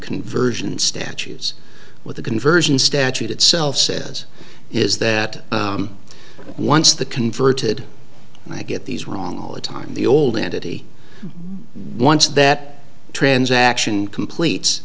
conversion statutes with the conversion statute itself says is that once the converted and i get these wrong all the time the old entity once that transaction completes